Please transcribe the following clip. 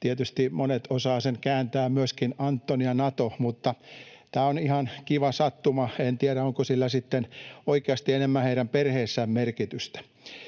Tietysti monet osaavat sen kääntää myöskin, Anton ja Nato, mutta tämä on ihan kiva sattuma. En tiedä, onko sillä sitten oikeasti enemmän heidän perheessään merkitystä.